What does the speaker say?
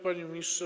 Panie Ministrze!